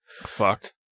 fucked